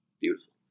beautiful